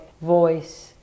voice